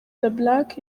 black